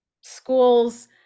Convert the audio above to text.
schools